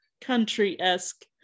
country-esque